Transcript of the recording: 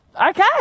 Okay